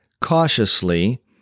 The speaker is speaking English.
cautiously